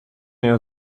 mehr